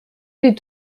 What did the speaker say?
des